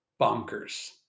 bonkers